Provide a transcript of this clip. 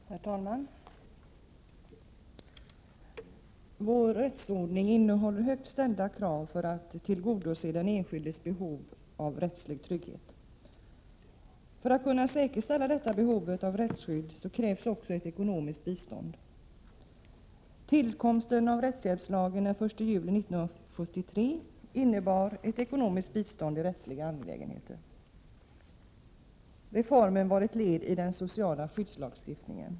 Herr talman! Vår rättsordning innehåller högt ställda krav för att tillgodose den enskildes behov av rättslig trygghet. För att vi skall kunna säkerställa behovet av rättsskydd krävs också ett ekonomiskt bistånd. Tillkomsten av rättshjälpslagen den 1 juli 1973 innebar ett ekonomiskt bistånd i rättsliga angelägenheter. Reformen var ett led i den sociala skyddslagstiftningen.